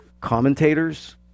commentators